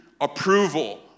approval